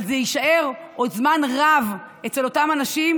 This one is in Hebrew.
אבל זה יישאר עוד זמן רב אצל אותם אנשים,